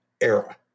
era